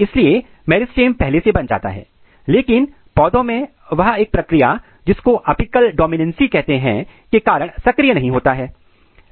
इसलिए मेरिस्टम पहले से बन जाता है लेकिन पौधों में वह एक प्रक्रिया जिसको एपिकल डोमिनेंसी कहते हैं के कारण सक्रिय नहीं होता है